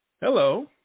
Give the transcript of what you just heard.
Hello